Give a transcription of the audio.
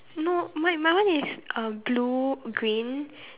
no my my one is uh blue green